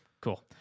Cool